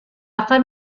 akan